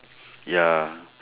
ya